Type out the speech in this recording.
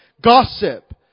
Gossip